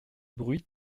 bruit